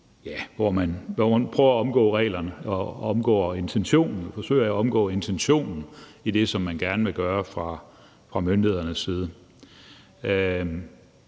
hvor man prøver at omgå reglerne og forsøger at omgå intentionen i det, som man gerne vil gøre fra myndighedernes side.